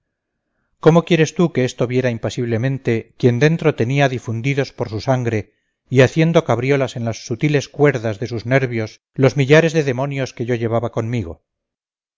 cómo quieres tú que esto viera impasiblemente quien dentro tenía difundidos por su sangre y haciendo cabriolas en las sutiles cuerdas de sus nervios los millares de demonios que yo llevaba conmigo